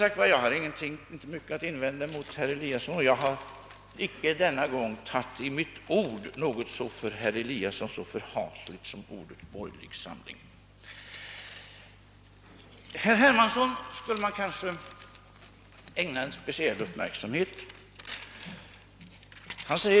Jag har inte mycket att invända mot herr Eliasson, och jag har denna gång i min mun inte tagit det för herr Eliasson så förhatliga uttrycket »borgerlig samling». Herr Hermansson skulle jag kanske ägna speciell uppmärksamhet.